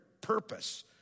purpose